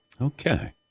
Okay